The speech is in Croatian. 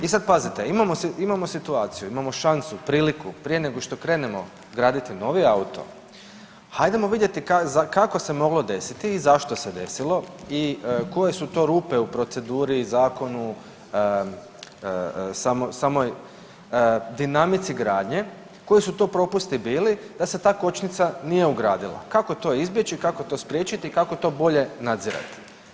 I sada pazite imamo situaciju, imamo šansu, priliku prije nego što krenemo graditi novi auto, hajdemo vidjeti kako se moglo desiti i zašto se desilo i koje su to rupe u proceduri, zakonu, samoj dinamici gradnje koji su to propusti bili da se ta kočnica nije ugradila, kako to izbjeći, kako to spriječiti, kako to bolje nadzirati.